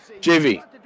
JV